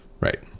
Right